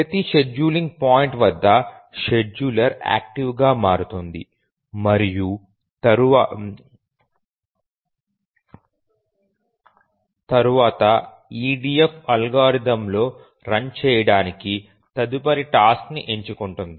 ప్రతి scheduling point వద్ద scheduler active గా మారుతుంది మరియు తరువాత EDF అల్గోరిథంలో రన్ చేయడానికి తదుపరి టాస్క్ ని ఎంచుకుంటుంది